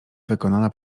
wykonana